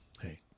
hey